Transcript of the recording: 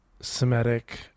semitic